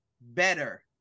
better